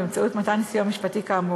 באמצעות מתן סיוע משפטי כאמור.